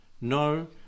no